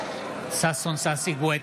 ששון ששי גואטה,